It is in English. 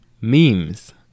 memes